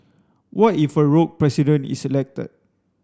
what if a rogue President is elected